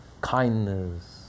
kindness